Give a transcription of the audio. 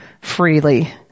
freely